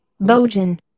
Bojan